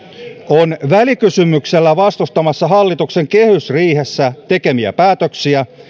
on välikysymyksellä vastustamassa hallituksen kehysriihessä tekemiä päätöksiä